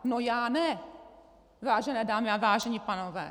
No já ne, vážené dámy a vážení pánové!